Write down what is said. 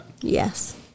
Yes